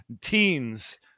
teens